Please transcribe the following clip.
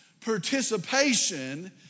participation